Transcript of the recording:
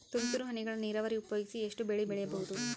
ತುಂತುರು ಹನಿಗಳ ನೀರಾವರಿ ಉಪಯೋಗಿಸಿ ಎಷ್ಟು ಬೆಳಿ ಬೆಳಿಬಹುದು?